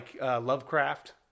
Lovecraft